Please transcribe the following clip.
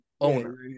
owner